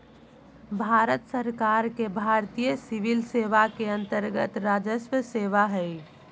भारत सरकार के भारतीय सिविल सेवा के अन्तर्गत्त राजस्व सेवा हइ